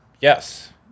Yes